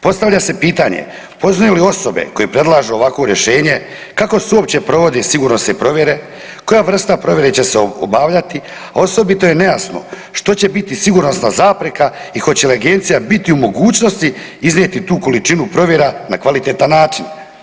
Poznaju li osobe koje predlažu ovakvo rješenje kako se uopće provodi sigurnosne provjere, koja vrsta provjere će se obavljati, a osobito je nejasno što će biti sigurnosna zapreka i hoće li agencija biti u mogućnosti iznijeti tu količinu provjera na kvalitetan način.